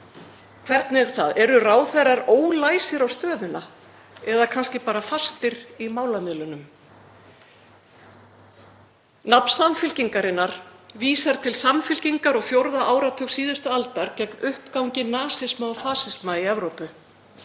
Hvernig er það, eru ráðherrar ólæsir á stöðuna eða kannski bara fastir í málamiðlunum? Nafn Samfylkingarinnar vísar til samfylkingar á fjórða áratug síðustu aldar gegn uppgangi nasisma og fasisma í Evrópu.